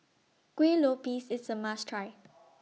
Kueh Lopes IS A must Try